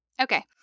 Okay